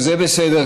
שזה בסדר,